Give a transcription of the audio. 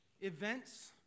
events